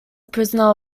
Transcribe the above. prisoner